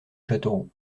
châteauroux